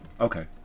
okay